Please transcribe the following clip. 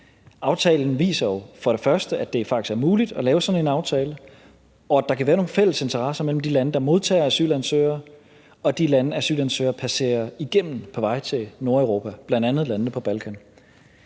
for det første, at det faktisk er muligt at lave sådan en aftale, og for det andet, at der kan være nogle fælles interesser mellem de lande, der modtager asylansøgere, og de lande, asylansøgere passerer igennem på vej til Nordeuropa, bl.a. landene på Balkan.